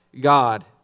God